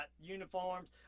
uniforms